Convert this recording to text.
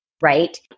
right